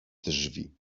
drzwi